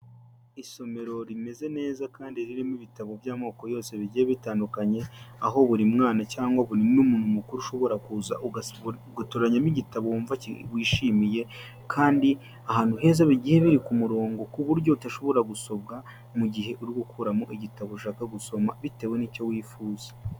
Isomero rimeze neza kandi ririmo ibitabo by'amoko yose bigiye bitandukanye, aho buri mwana cyangwa buri n'umuntu mukuru ushobora kuza, ugutoranyamo igitabo wumva wishimiye, kandi ahantu heza bigiye biri ku murongo, ku buryo udashobora gusobwa, mu gihe uririmo gukuramo igitabo ushaka gusoma bitewe n'icyo wifuza.